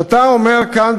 שאתה אומר כאן,